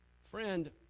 friend